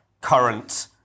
current